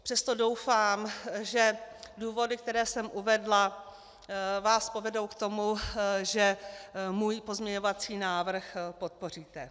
Přesto doufám, že důvody, které jsem uvedla, vás povedou k tomu, že můj pozměňovací návrh podpoříte.